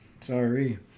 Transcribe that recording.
Sorry